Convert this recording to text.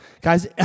Guys